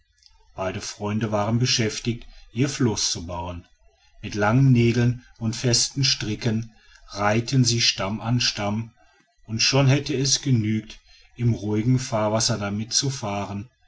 beide freunde waren beschäftigt ihr floß zu bauen mit langen nägeln und festen stricken reihten sie stamm an stamm und schon hätte es genügt im ruhigen fahrwasser damit zu fahren